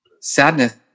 sadness